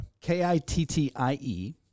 K-I-T-T-I-E